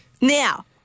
Now